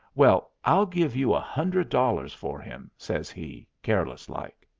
well, i'll give you a hundred dollars for him, says he, careless-like.